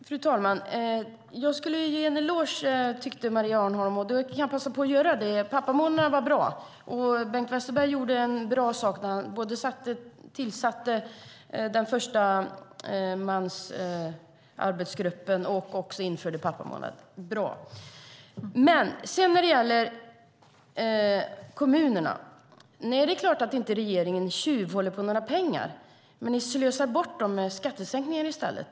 Fru talman! Maria Arnholm tyckte att jag skulle ge en eloge, och då passar jag på att göra det. Pappamånaden var bra, och Bengt Westerberg gjorde en bra sak när han tillsatte den första mansarbetsgruppen och också införde pappamånaden. När det gäller kommunerna är det klart att regeringen inte tjuvhåller på några pengar. Ni slösar bort dem med skattesänkningar i stället.